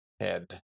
head